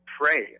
pray